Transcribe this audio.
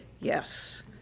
Yes